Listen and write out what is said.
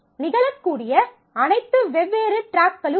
நிகழக்கூடிய அனைத்து வெவ்வேறு டிராக்களும் உள்ளன